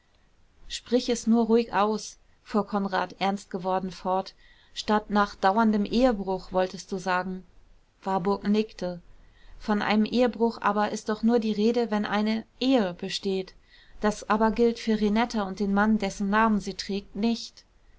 sprich es nur ruhig aus fuhr konrad ernst geworden fort statt nach dauerndem ehebruch wolltest du sagen warburg nickte von einem ehebruch aber ist doch nur die rede wenn eine ehe besteht das aber gilt für renetta und den mann dessen namen sie trägt nicht